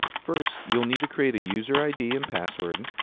first, you'll need to create a user id and password,